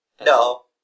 No